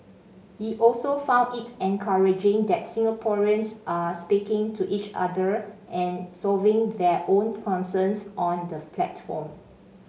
he also found it encouraging that Singaporeans are speaking to each other and solving their own concerns on the platform